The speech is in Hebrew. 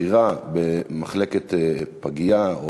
בכירה במחלקת פגייה,